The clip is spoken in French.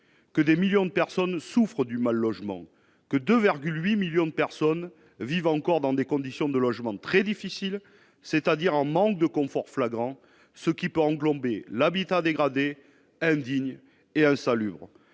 que des millions de personnes souffrent du mal-logement que 2 8 millions de personnes vivent encore dans des conditions de logement très difficiles, c'est-à-dire en manque de confort flagrant ce qui peut englober l'habitat dégradé indignes et insalubres